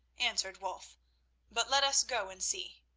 answered wulf but let us go and see.